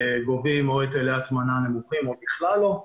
גובים או היטלי הטמנה נמוכים או בכלל לא,